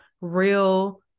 real